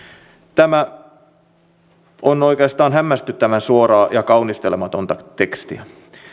tämä on oikeastaan hämmästyttävän suoraa ja kaunistelematonta tekstiä